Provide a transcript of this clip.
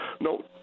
no